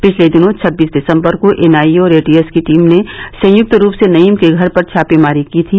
पिछले दिनों छब्बीस दिसम्बर को एनआईए और एटीएस की टीम ने संयुक्त रूप से नईम के घर पर छापेमारी की थी